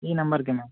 ఈ నంబర్కే మ్యామ్